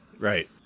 right